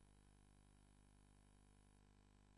נמצאת, יחד